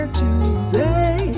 today